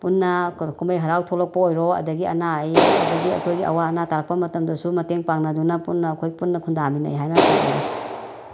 ꯄꯨꯟꯅ ꯀꯨꯝꯍꯩ ꯍꯔꯥꯎ ꯊꯣꯛꯂꯛꯄ ꯑꯣꯏꯔꯣ ꯑꯗꯒꯤ ꯑꯅꯥ ꯑꯌꯦꯛ ꯑꯗꯒꯤ ꯑꯩꯈꯣꯏꯒꯤ ꯑꯋꯥ ꯑꯅꯥ ꯇꯥꯔꯛꯄ ꯃꯇꯝꯗꯁꯨ ꯃꯇꯦꯡ ꯄꯥꯡꯅꯗꯨꯅ ꯄꯨꯟꯅ ꯑꯩꯈꯣꯏ ꯄꯨꯟꯅ ꯈꯨꯟꯗꯥꯃꯤꯟꯅꯩ ꯍꯥꯏꯅ ꯊꯝꯖꯒꯦ